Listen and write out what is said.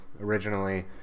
originally